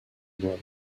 world